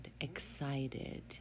excited